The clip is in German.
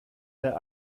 der